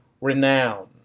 renown